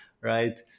right